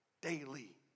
daily